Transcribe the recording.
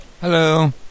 Hello